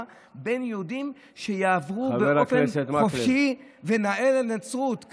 בין יהודים שיעברו באופן חופשי ונאה לנצרות.